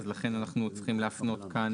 לכן אנחנו צריכים להפנות כאן